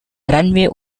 runway